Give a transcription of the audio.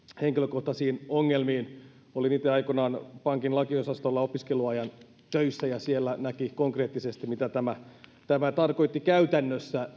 henkilökohtaisiin ongelmiin olin itse aikoinaan pankin lakiosastolla opiskeluajan töissä ja siellä näki konkreettisesti mitä tämä tämä tarkoitti käytännössä